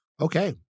okay